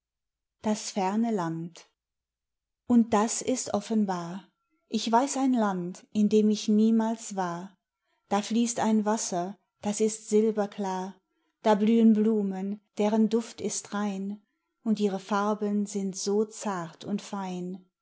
das ferne land und das ist offenbar ich weiß ein land in dem ich niemals war da fließt ein wasser das ist silberklar da blühen blumen deren duft ist rein und ihre farben sind so zart und fein